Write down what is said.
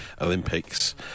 Olympics